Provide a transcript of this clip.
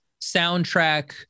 soundtrack